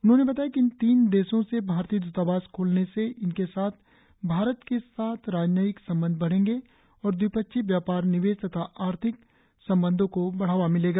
उन्होंने बताया कि इन तीन देशों में भारतीय द्रतावास खोलने से इनके साथ भारत के साथ राजनयिक संबंध बढेंगे और दविपक्षीय व्यापार निवेश तथा आर्थिक संबंधों को बढावा मिलेगा